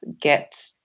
get